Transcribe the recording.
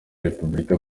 repubulika